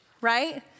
right